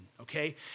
okay